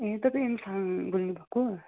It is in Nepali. ए तपाईँ इन्फाङ बोल्नु भएको